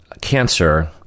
cancer